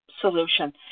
solution